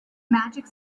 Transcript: magic